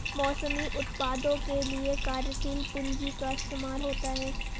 मौसमी उत्पादों के लिये कार्यशील पूंजी का इस्तेमाल होता है